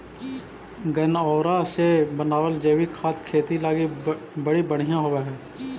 गनऔरा से बनाबल जैविक खाद खेती लागी बड़ी बढ़ियाँ होब हई